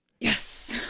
Yes